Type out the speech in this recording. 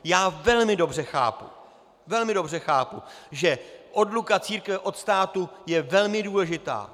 Já velmi dobře chápu, velmi dobře chápu, že odluka církve od státu je velmi důležitá.